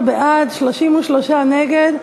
13 בעד, 33 נגד.